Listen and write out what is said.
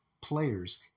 players